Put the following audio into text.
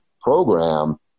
program